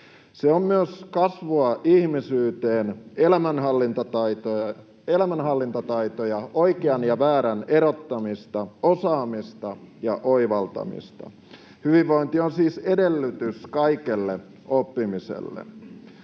Se on myös kasvua ihmisyyteen, elämänhallintataitoja, oikean ja väärän erottamista, osaamista ja oivaltamista. Hyvinvointi on siis edellytys kaikelle oppimiselle.